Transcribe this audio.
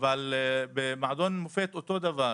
אבל במועדון מופת אותו הדבר,